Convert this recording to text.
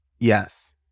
Yes